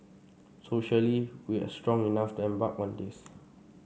socially we are strong enough to embark on this